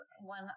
one